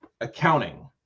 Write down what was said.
accounting